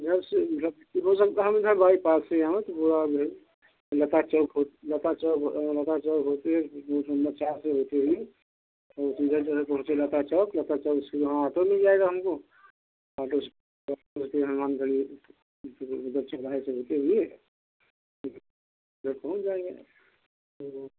इधर से इधर हो सकता है हम इधर बाईपास से यहाँ तो में लता चौक लता चौक लता चौक होते हुए ये गेट नम्बर चार से होते हुए लता चौक लता चौक से वहाँ ऑटो मिल जाएगा हमको ऑटो स करके हनुमान गढ़ी उधर चौराहे से होते हुए प्लेटफ़ॉर्म जाएंगे फिर